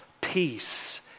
Peace